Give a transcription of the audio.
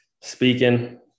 speaking